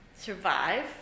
survive